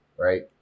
right